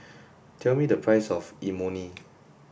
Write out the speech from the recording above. tell me the price of Imoni